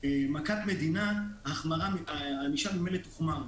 מכת מדינה, הענישה ממילא תוחמר.